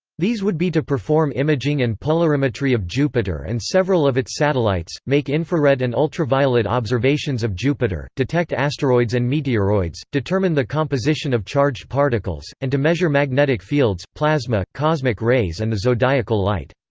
these would be to perform imaging and polarimetry of jupiter and several of its satellites, make infrared and ultraviolet observations of jupiter, detect asteroids and meteoroids, determine the composition of charged particles, and to measure magnetic fields, plasma, cosmic rays and the zodiacal light.